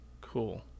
cool